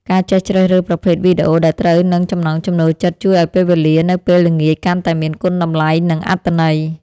ការចេះជ្រើសរើសប្រភេទវីដេអូដែលត្រូវនឹងចំណង់ចំណូលចិត្តជួយឱ្យពេលវេលានៅពេលល្ងាចកាន់តែមានគុណតម្លៃនិងអត្ថន័យ។